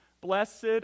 blessed